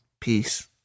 peace